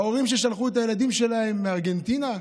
ההורים ששלחו את הילדים שלהם מארגנטינה,